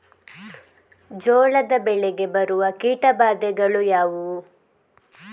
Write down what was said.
ಜೋಳದ ಬೆಳೆಗೆ ಬರುವ ಕೀಟಬಾಧೆಗಳು ಯಾವುವು?